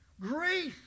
Grace